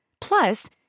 Plus